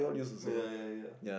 ya ya ya